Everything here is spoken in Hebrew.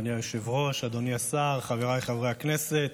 אדוני היושב-ראש, אדוני השר, חבריי חברי הכנסת,